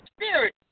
spirit